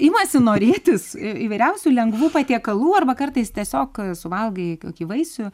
imasi norėtis įvairiausių lengvų patiekalų arba kartais tiesiog suvalgai kokį vaisių